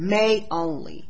may only